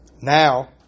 Now